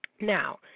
Now